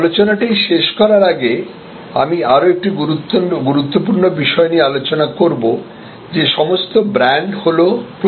আলোচনাটি শেষ করার আগে আমি আরও একটি গুরুত্বপূর্ণ বিষয় নিয়ে আলোচনা করব যে সমস্ত ব্র্যান্ড হল প্রতিশ্রুতি